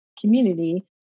community